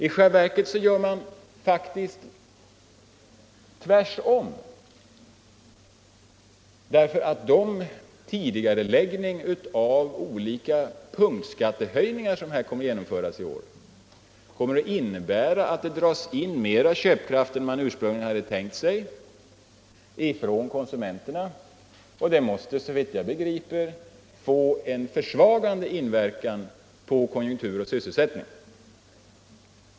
I själva verket gör man faktiskt tvärtom, därför att de tidigareläggningar av olika punktskattehöjningar som kommer att genomföras i år innebär att det dras in mera köpkraft från konsumenterna än man tidigare tänkt sig, och såvitt jag begriper måste detta få en försvagande inverkan på konjunktur och sysselsättning.